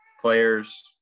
players